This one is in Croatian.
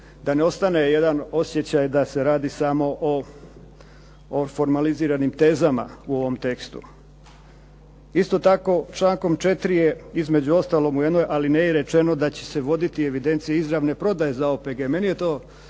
da ne ostane jedan osjećaj da se radi samo o formaliziranim tezama u ovom tekstu. Isto tako, člankom 4. je između ostalog u jednoj alineji rečeno da će se voditi evidencije izravne prodaje za OPG. Meni je to